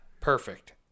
Perfect